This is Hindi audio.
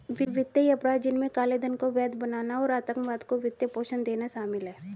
वित्तीय अपराध, जिनमें काले धन को वैध बनाना और आतंकवाद को वित्त पोषण देना शामिल है